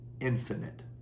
infinite